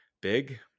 big